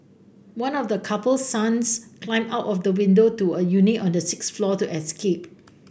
one of the couple's sons climbed out of the window to a unit on the sixth floor to escape